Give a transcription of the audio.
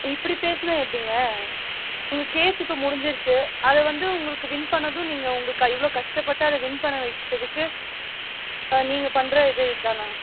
இப்படி பேசினா எப்படிங்க உங்கள் கேஸ் இப்போ முடிஞ்சிருச்சு அதைவந்து உங்களுக்கு வின் பண்ணதும் நீங்கள் உங்கள் க எவ்வளோ கஷ்டப்பட்டு அதை வின் பண்ண வைச்சதுக்கு நீங்கள் பண்ணுற இது இதுதானா